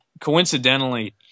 coincidentally